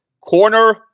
corner